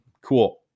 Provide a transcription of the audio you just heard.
cool